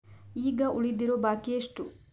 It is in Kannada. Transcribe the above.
ಈಗ ಉಳಿದಿರೋ ಬಾಕಿ ಎಷ್ಟು?